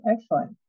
excellent